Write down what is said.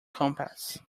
compass